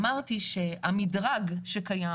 אמרתי שהמדרג שקיים,